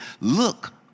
look